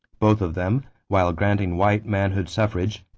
both of them, while granting white manhood suffrage,